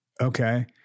okay